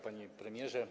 Panie Premierze!